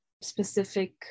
specific